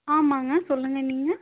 ஆமாங்க சொல்லுங்கள் நீங்கள்